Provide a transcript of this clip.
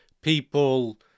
people